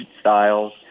styles